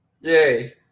Yay